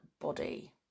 body